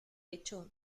hecho